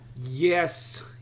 Yes